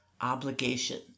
obligation